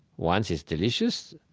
once, it's delicious.